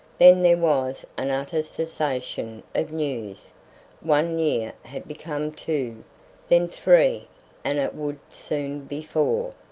then there was an utter cessation of news one year had become two then three and it would soon be four.